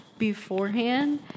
Beforehand